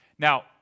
Now